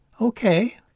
okay